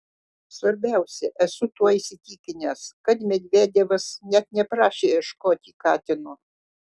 svarbiausia esu tuo įsitikinęs kad medvedevas net neprašė ieškoti katino